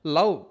Love